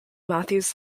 matthews